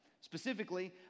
Specifically